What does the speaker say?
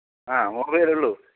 ആ നൂറു രൂപയേ വരുള്ളൂ